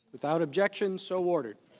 without objections, so awarded.